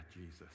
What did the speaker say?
Jesus